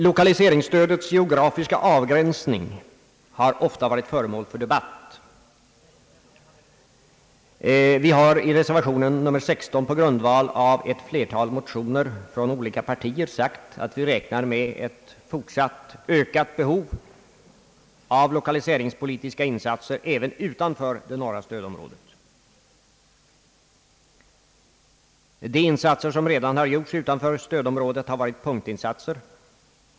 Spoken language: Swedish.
Lokaliseringsstödets geografiska avgränsning har ofta varit föremål för debatt. Vi har i reservation nr 16 på grundval av ett flertal motioner från olika partier sagt att vi räknar med ett fortsatt ökat behov av lokaliseringspolitiska insatser även utanför det norra stödområdet. De insatser som redan har gjorts utanför stödområdet har varit punktinsatser.